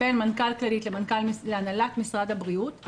בין מנכ"ל כללית להנהלת משרד הבריאות,